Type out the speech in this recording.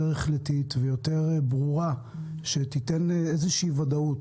יותר החלטית ויותר ברורה שתיתן איזושהי ודאות